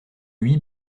huit